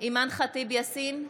אימאן ח'טיב יאסין,